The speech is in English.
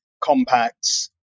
compacts